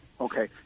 Okay